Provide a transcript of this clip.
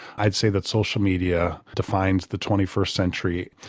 i'd say that social media defines the twenty first century.